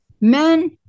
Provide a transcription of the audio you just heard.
men